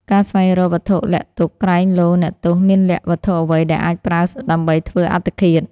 ការស្វែងរកវត្ថុលាក់ទុក ក្រែងលោអ្នកទោសមានលាក់វត្ថុអ្វីដែលអាចប្រើដើម្បីធ្វើអត្តឃាត។